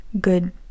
good